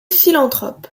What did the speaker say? philanthrope